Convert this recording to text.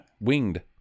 winged